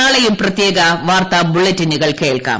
നാളെയും പ്രത്യേക വാർത്താ ബുള്ളറ്റിനുകൾ കേൾക്ക്ാം